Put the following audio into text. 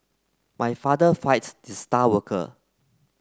my father fight the star worker